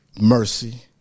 mercy